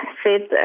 fit